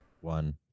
One